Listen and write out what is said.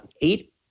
eight